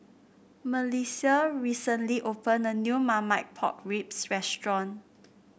MelissiA recently opened a new Marmite Pork Ribs restaurant